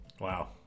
Wow